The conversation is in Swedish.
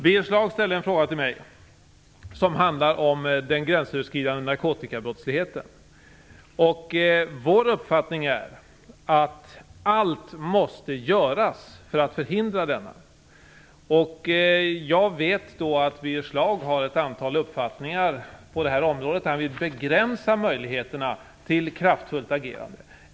Birger Schlaug ställde en fråga till mig som handlar om den gränsöverskridande narkotikabrottsligheten. Vår uppfattning är att allt måste göras för att förhindra denna. Jag vet att Birger Schlaug har olika uppfattningar på det här området. Han vill begränsa möjligheterna till kraftfullt agerande.